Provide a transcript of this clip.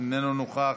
איננו נוכח.